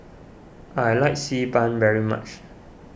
I like Xi Ban very much